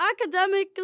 academically